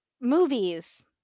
movies